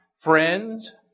friends